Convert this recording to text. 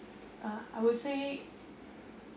uh I would say